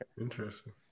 interesting